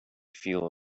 feel